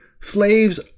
Slaves